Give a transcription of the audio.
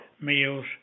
meals